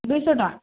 ଦୁଇ ଶହ ଟଙ୍କା